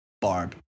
Barb